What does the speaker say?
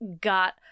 got